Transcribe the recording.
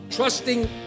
Trusting